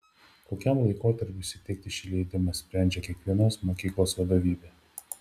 kokiam laikotarpiui suteikti šį leidimą sprendžia kiekvienos mokyklos vadovybė